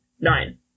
Nine